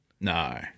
No